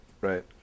Right